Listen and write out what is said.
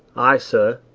i, sir!